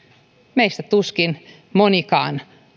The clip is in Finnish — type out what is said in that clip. meistä tuskin monikaan